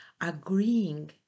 agreeing